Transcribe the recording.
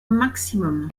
maximum